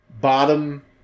bottom